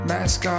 Mask